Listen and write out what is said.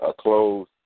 close